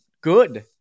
good